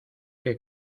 que